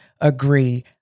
agree